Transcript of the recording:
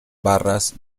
barras